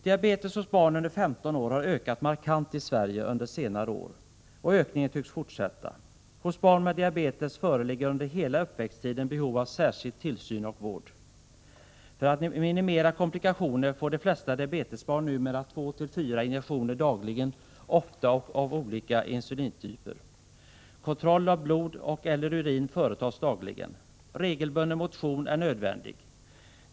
Diabetes hos barn under 15 år har ökat markant i Sverige under senare år, och ökningen tycks fortsätta. Hos barn med diabetes föreligger under hela uppväxttiden behov av särskild tillsyn och vård. För att minimera komplikationer får de flesta diabetesbarn numera två-fyra injektioner dagligen, ofta av olika insulintyper. Kontroll av blod och/eller urin företas dagligen. Regelbunden motion är nödvändig.